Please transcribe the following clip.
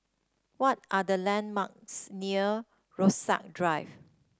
what are the landmarks near Rasok Drive